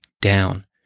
down